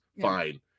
Fine